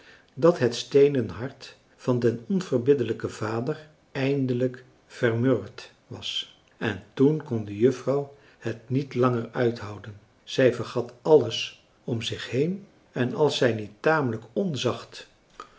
dat het steenen hart van den onverbiddelijken vader eindelijk vermurwd was en toen kon de juffrouw het niet langer uithouden zij vergat alles om zich heen en als zij niet tamelijk